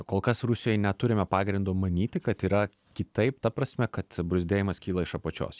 kol kas rusijoj neturime pagrindo manyti kad yra kitaip ta prasme kad bruzdėjimas kyla iš apačios